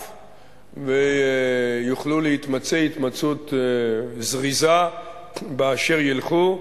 ויוכלו להתמצא התמצאות זריזה באשר ילכו,